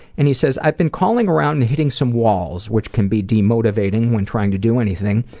and he said, i've been calling around and hitting some walls which can be demotivating when trying to do anything.